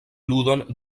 ludon